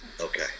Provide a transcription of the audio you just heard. okay